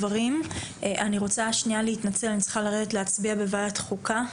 אני מתנצלת, אני צריכה לרדת להצביע בוועדת חוקה.